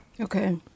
Okay